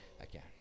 again